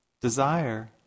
Desire